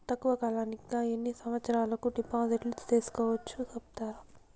తక్కువ కాలానికి గా ఎన్ని సంవత్సరాల కు డిపాజిట్లు సేసుకోవచ్చు సెప్తారా